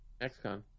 Xcom